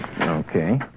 Okay